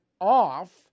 off